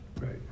Right